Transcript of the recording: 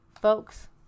Folks